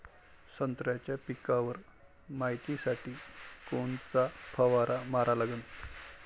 संत्र्याच्या पिकावर मायतीसाठी कोनचा फवारा मारा लागन?